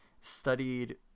studied